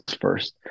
first